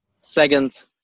Second